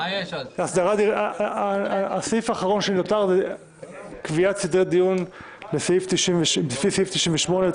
והיערכות לקראת גל נוסף בקורונה החדש ובמגפות בכלל,